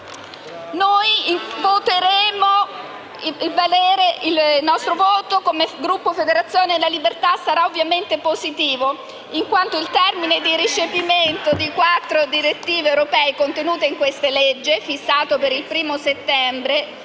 Il voto del Gruppo Federazione della Libertà sarà ovviamente positivo, in quanto il termine di recepimento di quattro direttive europee contenute in questo disegno di legge è fissato per 1° settembre